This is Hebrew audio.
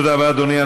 תודה רבה, אדוני.